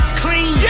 clean